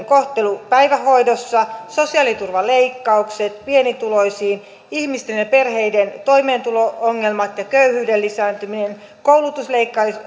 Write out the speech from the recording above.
kohtelu päivähoidossa sosiaaliturvan leikkaukset pienituloisiin ihmisten ja perheiden toimeentulo ongelmat ja köyhyyden lisääntyminen koulutusleikkaukset